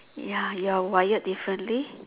ya you are wired differently